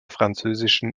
französischen